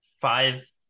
five